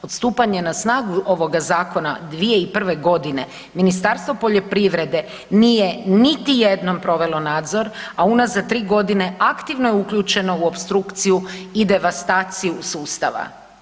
Od stupanja na snagu ovoga zakona 2001.g. Ministarstvo poljoprivrede nije niti jednom provelo nadzor, a unazad 3.g. aktivno je uključeno u opstrukciju i devastaciju sustava.